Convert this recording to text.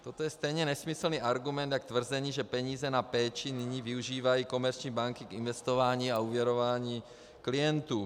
Toto je stejně nesmyslný argument jako tvrzení, že peníze na péči nyní využívají komerční banky k investování a úvěrování klientů.